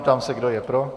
Ptám se, kdo je pro.